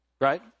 Right